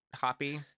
hoppy